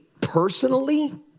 personally